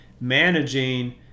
managing